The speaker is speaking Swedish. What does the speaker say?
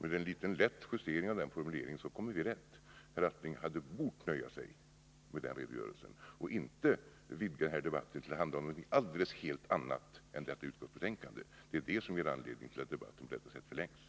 Med en liten lätt justering av den formuleringen kommer vi rätt: Herr Aspling hade bort nöja sig med den redogörelsen och inte vidgat den här debatten till att handla om något helt annat än utskottets betänkande. Det är det som ger anledning till att debatten på detta sätt förlängs.